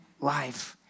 life